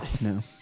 No